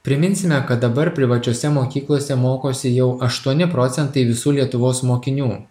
priminsime kad dabar privačiose mokyklose mokosi jau aštuoni procentai visų lietuvos mokinių